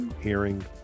hearing